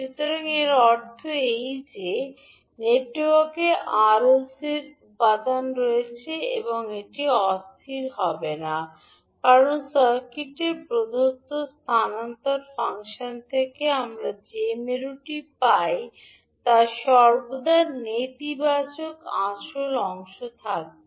সুতরাং এর অর্থ এই যে যে নেটওয়ার্কে আর এল এবং সি উপাদান রয়েছে এটি অস্থির হবে না কারণ সার্কিটের প্রদত্ত স্থানান্তর ফাংশন থেকে আমরা যে মেরুটি পাই তা সর্বদা নেতিবাচক আসল অংশ থাকবে